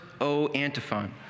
O-antiphon